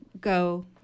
go